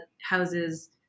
houses